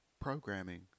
programming